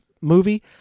movie